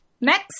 Next